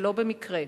ולא במקרה.